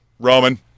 Roman